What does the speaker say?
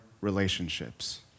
relationships